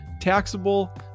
taxable